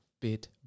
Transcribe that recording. bit